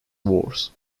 wars